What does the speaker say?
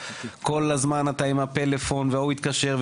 כל הזמן אתה עם הפלאפון ההוא התקשר,